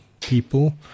people